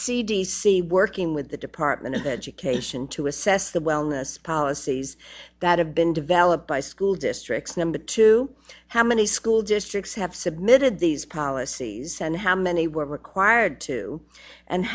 c working with the department of education to assess the wellness policies that have been developed by school districts number two how many school districts have submitted these policies and how many were required to and